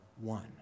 one